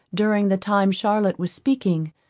during the time charlotte was speaking,